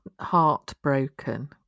heartbroken